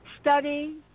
Study